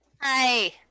hi